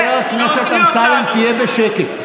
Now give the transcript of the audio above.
חבר הכנסת אמסלם, תהיה בשקט.